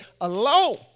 alone